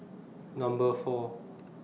Number four